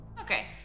Okay